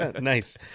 nice